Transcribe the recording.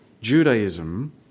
Judaism